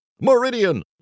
Meridian